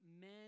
men